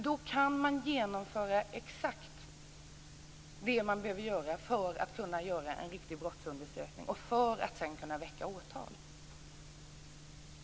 Då finns det ändå förutsättningar för att kunna genomföra en förundersökning och senare eventuellt väcka åtal.